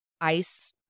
ice